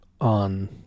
on